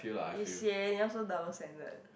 eh sian you all so double standard